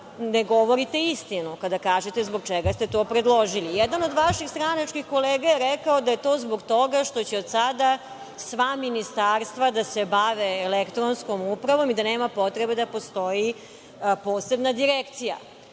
ne govorite istinu kada kažete zbog čega ste to predložili. Jedan od vaših stranačkih kolega je rekao da je to zbog toga što će od sada sva ministarstva da se bave elektronskom upravom i da nema potrebe da postoji posebna direkcija.